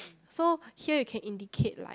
so here you can indicate like